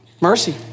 mercy